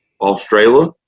australia